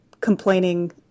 complaining